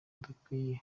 udakwiye